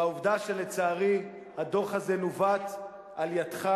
והעובדה שלצערי הדוח הזה נווט על-ידך